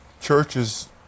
churches